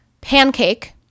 pancake